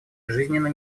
жизненно